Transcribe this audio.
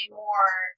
more